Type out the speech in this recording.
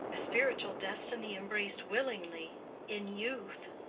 a spiritual destiny embraced willingly in youth?